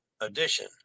edition